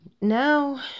Now